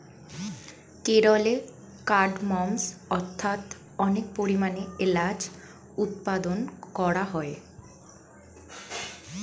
কেরলে কার্ডমমস্ অর্থাৎ অনেক পরিমাণে এলাচ উৎপাদন করা হয়